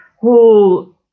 whole